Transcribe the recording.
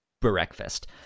breakfast